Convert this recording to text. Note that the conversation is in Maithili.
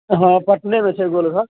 हँ पटने मे छै गोलघर